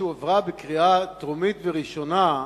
שהועברה בקריאה טרומית וראשונה,